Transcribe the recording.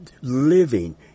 living